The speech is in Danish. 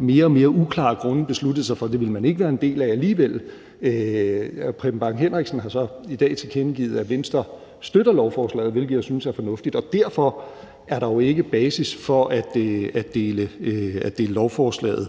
mere og mere uklare grunde besluttede sig for ikke at ville være en del af det alligevel. Men hr. Preben Bang Henriksen har så i dag tilkendegivet, at Venstre støtter lovforslaget, hvilket jeg synes er fornuftigt, og derfor er der jo ikke basis for at dele lovforslaget